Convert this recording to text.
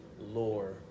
Lore